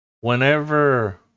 whenever